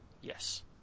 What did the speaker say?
yes